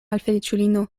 malfeliĉulino